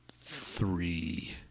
three